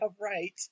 right